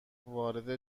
وارد